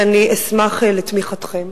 ואני אשמח על תמיכתם.